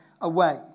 away